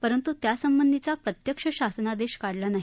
परंतु त्यासंबंधीचा प्रत्यक्ष शासनादेश काढला नाही